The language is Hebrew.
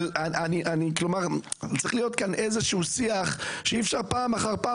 אבל צריך להיות כאן איזשהו שיח ואי אפשר פעם אחר פעם